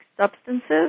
substances